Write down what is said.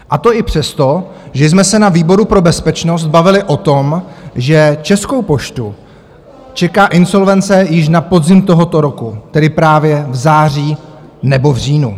A to i přesto, že jsme se na výboru pro bezpečnost bavili o tom, že Českou poštu čeká insolvence již na podzim tohoto roku, tedy právě v září nebo v říjnu.